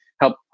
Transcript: help